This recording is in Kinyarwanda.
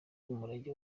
z’umurage